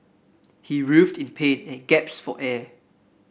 he writhed in pain and gaps for air